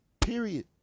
period